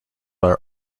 are